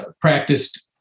practiced